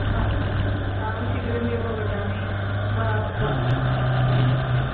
हा अहं शीघ्रमेव वदामि मम वक्